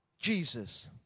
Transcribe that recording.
Jesus